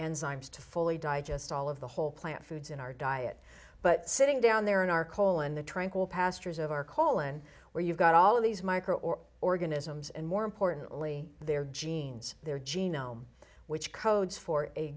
enzymes to fully digest all of the whole plant foods in our diet but sitting down there in our colon the tranquil pastures of our colon where you've got all of these micro or organisms and more importantly their genes their genome which codes for a